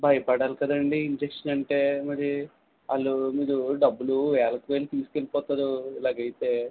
భయపడాలి కదండి ఇంజక్షన్ అంటే మరి వాళ్ళు మీరు డబ్బులు వేలకు వేలు తీసుకెళ్ళిపోతారు ఇలాగైతే